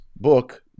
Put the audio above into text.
book